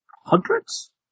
hundreds